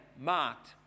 marked